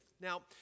Now